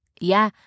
Yeah